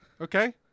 Okay